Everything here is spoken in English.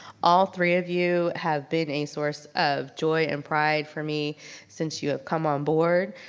all three of you have been a source of joy and pride for me since you have come on board.